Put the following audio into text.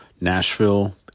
Nashville